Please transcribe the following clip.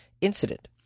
incident